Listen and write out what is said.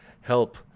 help